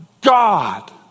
God